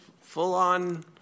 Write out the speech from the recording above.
full-on